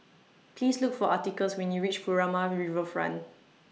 Please Look For Atticus when YOU REACH Furama Riverfront